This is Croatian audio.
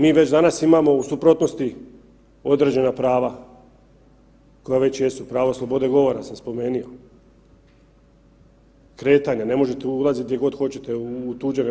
Mi već danas imamo u suprotnosti određena prava koja već jesu, pravo slobode govora sam spomenuo, kretanja, ne možete ulazit gdje god hoćete u tuđe.